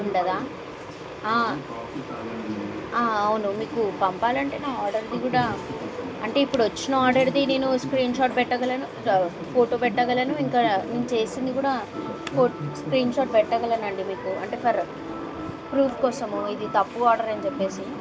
ఉండదా అవును మీకు పంపాలి అంటే నా ఆర్డర్ ఇది కూడా అంటే ఇప్పుడు వచ్చిన ఆర్డర్ ఇది నేను స్క్రీన్షాట్ పెట్టగలను ఫోటో పెట్టగలను ఇంకా నేను చేసింది కూడా ఫ స్క్రీన్షాట్ పెట్టగలను అండి మీకు అంటే ఫర్ ప్రూఫ్ కోసము ఇది తప్పు ఆర్డర్ అని చెప్పి